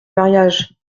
mariage